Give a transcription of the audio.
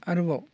आरोबाव